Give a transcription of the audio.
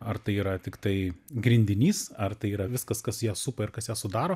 ar tai yra tiktai grindinys ar tai yra viskas kas ją supa ir kas ją sudaro